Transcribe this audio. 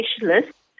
specialists